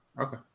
Okay